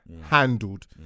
handled